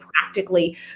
practically